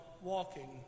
walking